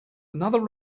another